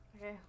Okay